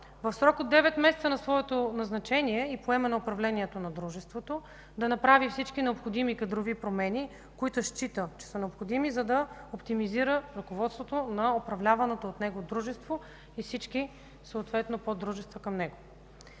в срок от 9 месеца на своето назначение и поемане управлението на дружеството да направи всички необходими кадрови промени, които счита, че са необходими, за да оптимизира ръководството на управляваното от него дружество и всички поддружества към него.